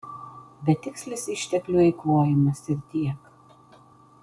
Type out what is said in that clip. betikslis išteklių eikvojimas ir tiek